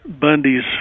Bundy's